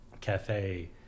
cafe